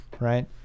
right